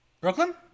brooklyn